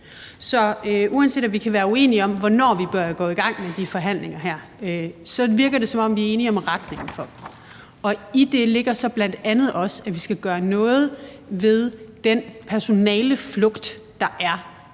Så uanset, at vi kan være uenige om, hvornår vi bør gå i gang med de forhandlinger her, så virker det, som om vi er enige om retningen for dem. I det ligger så bl.a. også, at vi skal gøre noget ved den personaleflugt, der er,